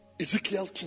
Ezekiel